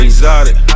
Exotic